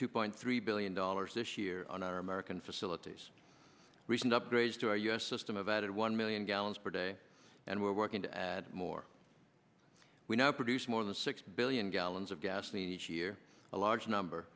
two point three billion dollars this year on our american facilities recent upgrades to our u s system of added one million gallons per day and we're working to add more we now produce more than six billion gallons of gasoline each year a large number